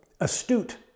astute